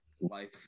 life